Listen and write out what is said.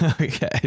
Okay